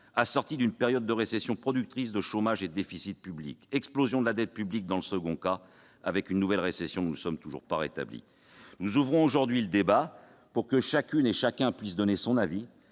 assorti d'une période de récession source de chômage et de déficits publics ; explosion de la dette publique, dans le second cas, avec une nouvelle récession dont nous ne sommes toujours pas rétablis. Nous ouvrons aujourd'hui le débat pour que chacun puisse donner son avis,